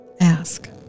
Ask